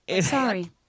sorry